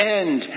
end